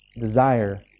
desire